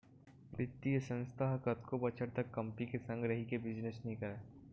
बित्तीय संस्था ह कतको बछर तक कंपी के संग रहिके बिजनेस नइ करय